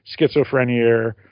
schizophrenia